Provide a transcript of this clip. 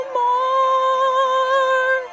more